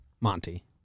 Monty